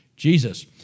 Jesus